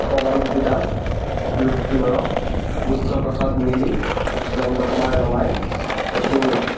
Pawanjyoti Das Rupjyoti Narah Buddha Prasad Mili Jayanta Kumar Damai Ashim Roy